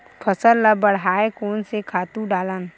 फसल ल बढ़ाय कोन से खातु डालन?